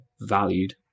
valued